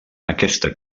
aquesta